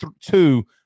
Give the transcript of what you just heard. two